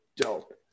Dope